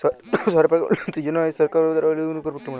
শহরে পরিকাঠাম উল্যতির জনহে সরকার দ্বারা লিযুক্ত একটি পরিকল্পলা